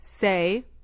Say